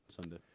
Sunday